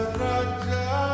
raja